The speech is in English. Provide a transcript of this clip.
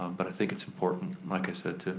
um but i think it's important, like i said,